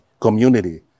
community